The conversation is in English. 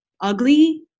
ugly